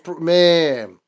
man